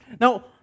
Now